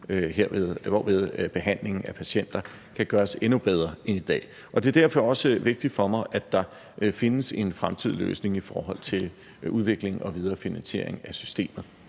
hvorved behandling af patienter kan gøres endnu bedre end i dag. Det er derfor også vigtigt for mig, at der findes en fremtidig løsning i forhold til udvikling og videre finansiering af systemet.